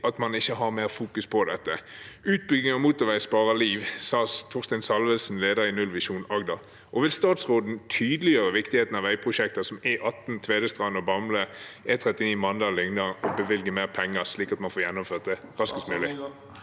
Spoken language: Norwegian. at man ikke fokuserer mer på dette. «Utbygging av motorvei sparer liv», sa Torstein Salvesen, leder i Nullvisjonen Agder. Vil statsråden tydeliggjøre viktigheten av veiprosjekter som E18 Tvedestrand–Bamble og E39 Mandal– Lyngdal og bevilge mer penger, slik at man får gjennomført det så raskt som mulig?